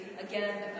again